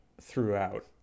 throughout